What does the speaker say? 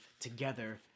together